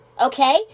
Okay